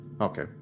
Okay